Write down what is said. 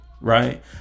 right